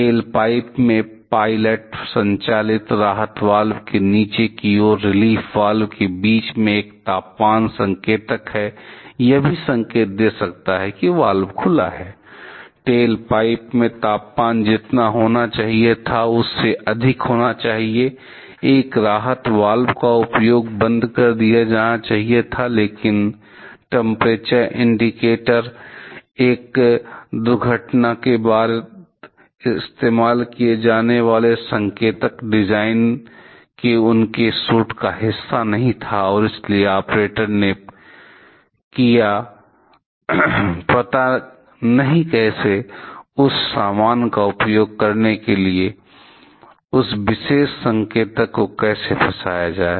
tell pipe में pilot संचालित राहत वाल्व के नीचे की ओर रिलीफ वाल्व के बीच में एक तापमान संकेतक है यह भी संकेत दे सकता है कि वाल्व खुला हैटेल पाइप में तापमान जितना होना चाहिए था उससे अधिक होना चाहिए एक राहत वाल्व का उपयोग बंद कर दिया जाना चाहिए था लेकिन टंपरेचर इंडिकेटर टंपरेचर इंडिकेटर एक दुर्घटना के बाद इस्तेमाल किए जाने वाले संकेतक डिजाइन के उनके सूट का हिस्सा नहीं था और इसलिए ऑपरेटर ने किया पता नहीं कैसे उस समान का उपयोग करने के लिए उस विशेष संकेतक को कैसे फंसाया जाए